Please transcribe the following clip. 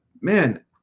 man